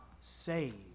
saved